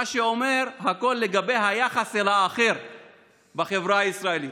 מה שאומר הכול על היחס אל האחר בחברה הישראלית.